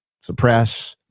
suppress